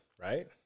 right